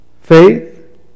faith